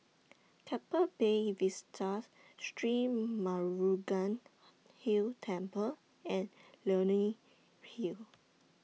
Keppel Bay Vista Sri Murugan Hill Temple and Leonie Hill